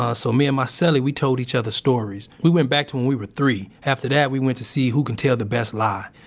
ah so, me and my so cellie, we told each other stories. we went back to when we were three. after that, we went to see who can tell the best lie.